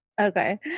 Okay